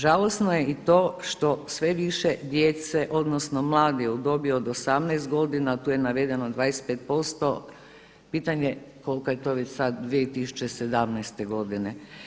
Žalosno je i to što sve više djece odnosno mladih u dobi od 18 godina, tu je navedeno 25% pitanje koliko je to već sada 2017. godine.